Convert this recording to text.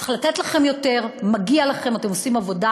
צריך לתת לכם יותר, מגיע לכם, אתם עושים עבודה